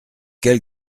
quel